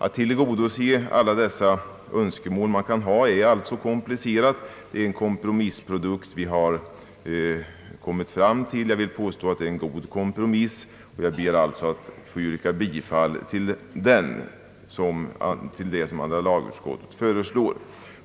Det är alltså komplicerat att tillgodose alla dessa önskemål. Det är en kompromissprodukt som vi har kommit fram till, och jag vill påstå att det är en god kompromiss. Jag ber alltså att få yrka bifall till det som andra lagutskottet föreslår.